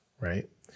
right